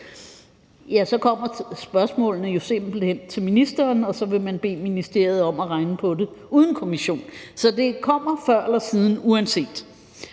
så kommer spørgsmålene jo simpelt hen til ministeren, og så vil man bede ministeriet om at regne på det uden en kommission. Så det kommer før eller siden uanset